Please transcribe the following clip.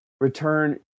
return